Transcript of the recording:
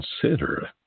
consider